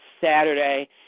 Saturday